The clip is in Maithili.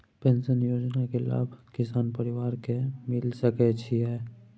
पेंशन योजना के लाभ किसान परिवार के मिल सके छिए?